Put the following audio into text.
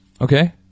Okay